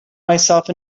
myself